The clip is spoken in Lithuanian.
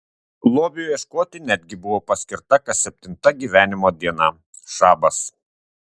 lobiui ieškoti netgi buvo paskirta kas septinta gyvenimo diena šabas